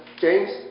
James